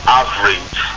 average